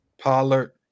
Pollard